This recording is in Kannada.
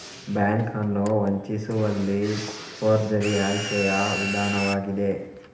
ಬ್ಯಾಂಕ್ ಅನ್ನು ವಂಚಿಸುವಲ್ಲಿ ಫೋರ್ಜರಿ ಆಯ್ಕೆಯ ವಿಧಾನವಾಗಿದೆ